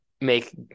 make